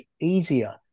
easier